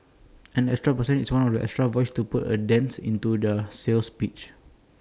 an extra person is one extra voice to put A dent into their sales pitch